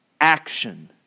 action